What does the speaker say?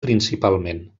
principalment